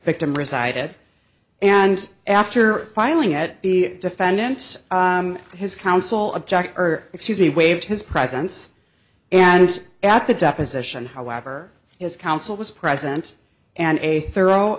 victim resided and after filing at the defendant his counsel object or excuse me waived his presence and at the deposition however his counsel was present and a thorough